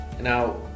Now